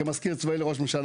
למשל כמזכיר צבאי לראש הממשלה,